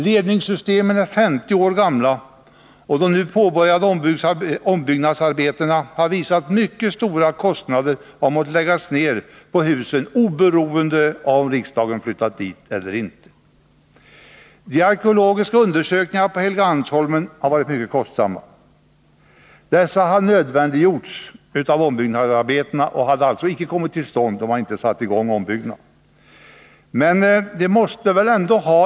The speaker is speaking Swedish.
Ledningssystemen är 50 år gamla, och de nu påbörjade ombyggnadsarbetena har visat att mycket stora kostnader har måst läggas ned på husen oberoende av om riksdagen flyttat dit eller inte. De arkeologiska undersökningarna på Helgeandsholmen har varit mycket kostsamma. Dessa har nödvändiggjorts av ombyggnadsarbetena — de hade således inte kommit till stånd om inte ombyggnaden hade satts i gång.